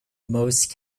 most